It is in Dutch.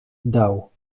dauw